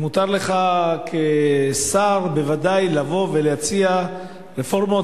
מותר לך כשר בוודאי לבוא ולהציע רפורמות